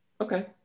Okay